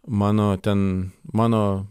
mano ten mano